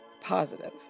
positive